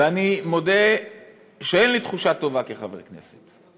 ואני מודה שאין לי תחושה טובה, כחבר הכנסת,